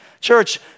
Church